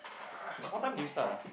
what time did you start ah